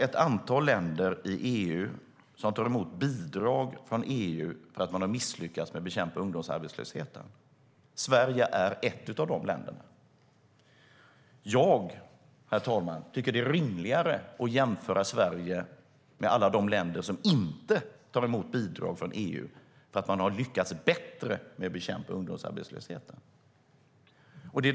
Ett antal länder i EU tar emot bidrag från EU för att de har misslyckats med att bekämpa ungdomsarbetslösheten. Sverige är ett av de länderna. Jag tycker att det är rimligare att jämföra Sverige med alla de länder som inte tar emot bidrag från EU eftersom de har lyckats bättre med att bekämpa ungdomsarbetslösheten.